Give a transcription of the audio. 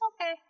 Okay